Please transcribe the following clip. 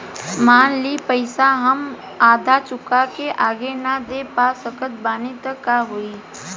मान ली पईसा हम आधा चुका के आगे न दे पा सकत बानी त का होई?